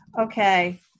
Okay